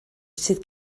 sydd